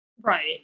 Right